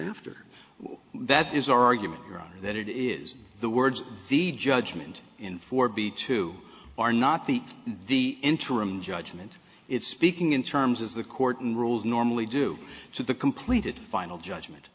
after that is our argument that it is the words the judgment in four b two are not the in the interim judgment it speaking in terms is the court and rules normally due to the completed final judgment